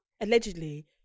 Allegedly